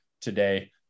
today